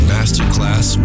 Masterclass